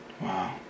Wow